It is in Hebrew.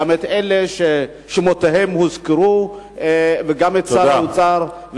גם את אלה ששמותיהם הוזכרו וגם את שר האוצר.